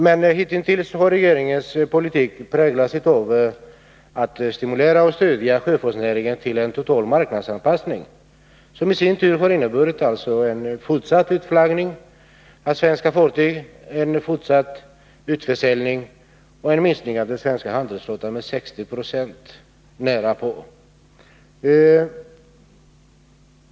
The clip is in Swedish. Men hitintills har regeringens politik präglats av att man velat stödja och stimulera sjöfartsnäringen till en total marknadsanpassning, som i sin tur har inneburit en fortsatt utflaggning och utförsäljning av svenska fartyg och en minskning av den svenska handelsflottan med närapå 60 96.